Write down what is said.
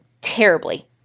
terribly